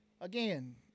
Again